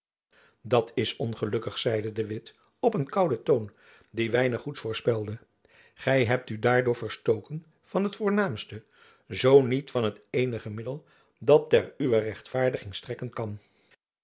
dat is ongelukkig zeide de witt op een kouden toon die weinig goeds voorspelde gy hebt u daardoor verstoken van het voornaamste zoo niet van het eenige middel dat ter uwer rechtvaardiging strekken kan